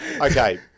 Okay